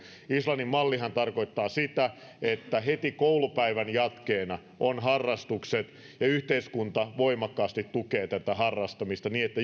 mallin islannin mallihan tarkoittaa sitä että heti koulupäivän jatkeena on harrastukset ja yhteiskunta voimakkaasti tukee tätä harrastamista niin että